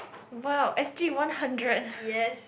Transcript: !wow! S_G one hundred